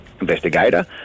investigator